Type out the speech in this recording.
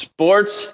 Sports